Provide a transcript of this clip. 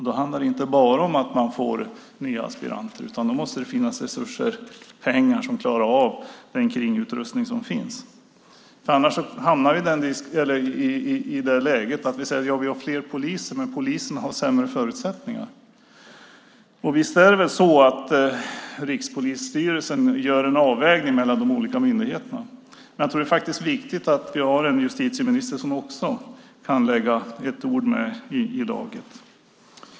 Det handlar alltså inte bara om att få nya aspiranter, utan det måste också finnas pengar för att klara av den kringutrustning som finns. Annars hamnar vi i det läget att vi har fler poliser, men polisen har sämre förutsättningar. Visst är det så att Rikspolisstyrelsen gör en avvägning mellan de olika myndigheterna, men jag tror att det är viktigt att vi har en justitieminister som också kan ha ett ord med i laget.